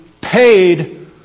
paid